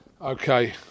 Okay